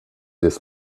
this